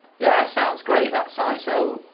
yeah, sounds great, sy. so,